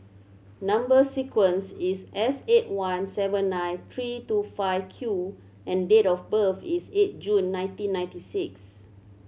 number sequence is S eight one seven nine three two five Q and date of birth is eight June nineteen ninety six